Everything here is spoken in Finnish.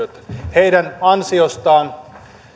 heidän ansiostaan